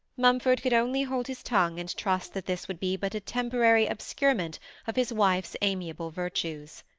mumford could only hold his tongue and trust that this would be but a temporary obscurement of his wife's amiable virtues.